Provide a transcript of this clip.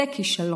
זה כישלון.